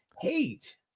hate